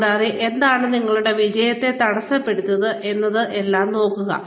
കൂടാതെ എന്താണ് നിങ്ങളുടെ വിജയത്തെ തടസ്സപ്പെടുത്തിയത് എന്നതെല്ലാം നോക്കുക